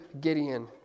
Gideon